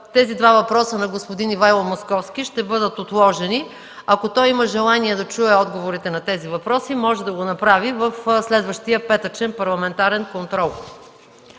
тези два въпроса на господин Ивайло Московски ще бъдат отложени. Ако той има желание да чуе отговорите на тези въпроси, може да го направи в следващия петъчен парламентарен контрол.